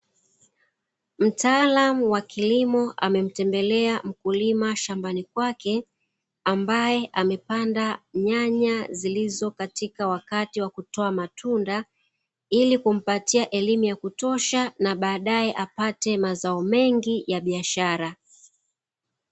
Mtaalamu wa kilimo amemtembelea mkulima shambani kwake ambaye amepanda nyanya zilizo katika wakati wa kutoa matunda ili kumpatia elimu ya kutosha na baadae apate mazao mengi ya biashara.